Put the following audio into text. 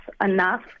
enough